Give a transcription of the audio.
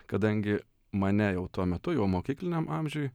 kadangi mane jau tuo metu jau mokykliniam amžiuj